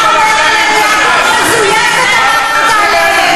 לכלבים שלהם.